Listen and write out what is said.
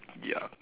ya